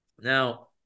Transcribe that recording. Now